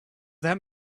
that